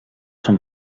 són